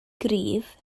gryf